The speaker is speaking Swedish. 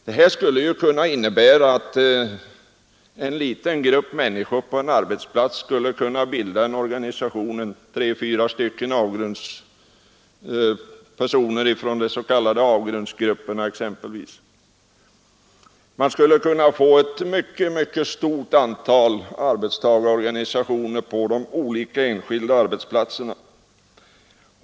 Det skulle kunna innebära att en liten grupp människor på en arbetsplats skulle kunna bilda en organisation — exempelvis 3—4 personer från de Nr 152 s.k. avgrundsgrupperna. Man skulle få ett mycket stort antal arbetstagar Tisdagen den organisationer på de olika enskilda arbetsplatserna.